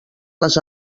les